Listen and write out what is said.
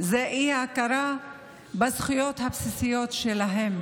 זו אי-הכרה בזכויות הבסיסיות שלהם.